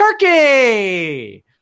Turkey